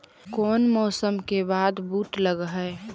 कोन मौसम के बाद बुट लग है?